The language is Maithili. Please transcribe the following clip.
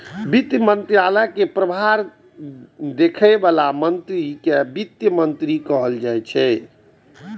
वित्त मंत्रालय के प्रभार देखै बला मंत्री कें वित्त मंत्री कहल जाइ छै